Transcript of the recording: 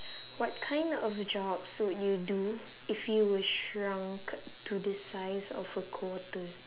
what kind of jobs would you do if you were shrunk to the size of a quarter